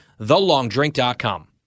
TheLongDrink.com